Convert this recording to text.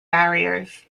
barriers